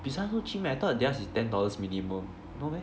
pizza so cheap meh I thought theirs is ten dollars minimum no meh